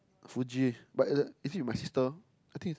Fuji but is it with my sister I think